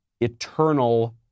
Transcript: eternal